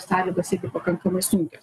sąlygos irgi pakankamai sunkios